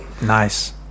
nice